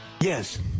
Yes